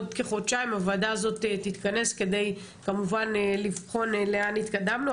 בעוד כחודשיים הוועדה הזאת תתכנס כדי כמובן לבחון לאן התקדמנו,